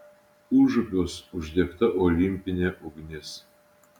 užupiuos uždegta olimpinė ugnis